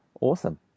awesome